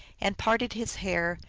and parted his hair,